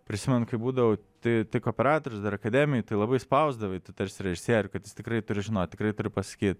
prisimenu kai būdavau tai tik operatorius dar akademijoj tai labai spausdavai tu tarsi režisierių kad jis tikrai žino tikrai turi pasakyt